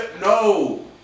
No